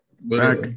back